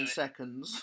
seconds